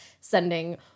sending